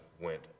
went